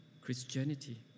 Christianity